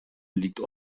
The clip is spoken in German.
liegt